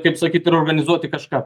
kaip sakyt ir organizuoti kažką